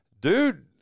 Dude